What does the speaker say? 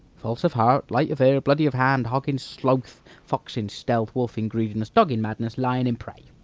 false of heart, light of ear, bloody of hand hog in sloth, fox in stealth, wolf in greediness, dog in madness, lion in prey.